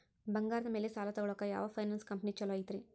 ಬಂಗಾರದ ಮ್ಯಾಲೆ ಸಾಲ ತಗೊಳಾಕ ಯಾವ್ ಫೈನಾನ್ಸ್ ಕಂಪನಿ ಛೊಲೊ ಐತ್ರಿ?